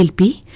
be